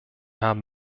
haben